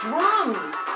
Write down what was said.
Drums